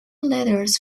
letters